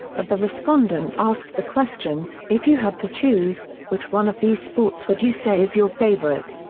of the respondents asked the question, if you had to choose, which one of these sports would you say is your favorite,